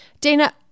dana